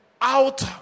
out